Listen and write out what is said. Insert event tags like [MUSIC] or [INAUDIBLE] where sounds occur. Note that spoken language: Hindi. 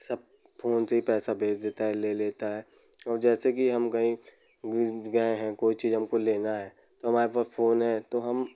सब फोन से ही पैसा भेज देता है ले लेता है और जैसे कि हम कहीं [UNINTELLIGIBLE] गए हैं कोई चीज़ हमको लेना है तो हमारे पास फोन है तो हम